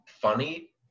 funny